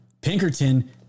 Pinkerton